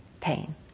pain